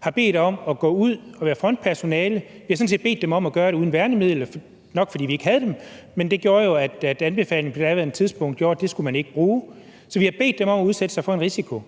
har bedt om at gå ud og være frontpersonale. Vi har sådan set bedt dem om at gøre det uden værnemidler, nok fordi vi ikke havde dem, men det var jo, fordi anbefalingen på daværende tidspunkt gjorde, at det skulle man ikke bruge, så vi har bedt dem om at udsætte sig for en risiko.